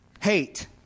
Hate